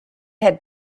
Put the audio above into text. had